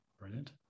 Brilliant